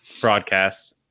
broadcast